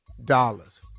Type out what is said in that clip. Dollars